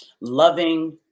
loving